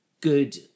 good